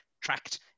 tracked